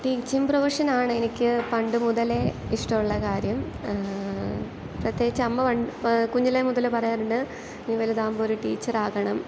teaching പ്രൊഫഷനാണ് എനിക്ക് പണ്ടു മുതലേ ഇഷ്ടമുള്ള കാര്യം പ്രത്യേകിച്ച് അമ്മ പ കുഞ്ഞിലെ മുതൽ പറയാറുണ്ട് ഞാൻ വലുതാകുമ്പോൾ ഒരു ടീച്ചറാകണം